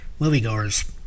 moviegoers